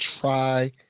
try